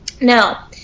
Now